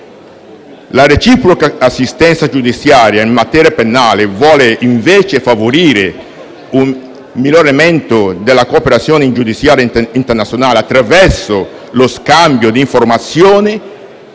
La reciproca assistenza giudiziaria in materia penale vuole invece favorire un miglioramento della cooperazione giudiziaria internazionale, attraverso lo scambio di informazioni